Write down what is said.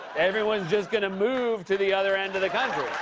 everyone's just gonna move to the other end of the country.